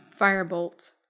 Firebolt